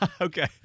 Okay